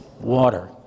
water